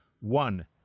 one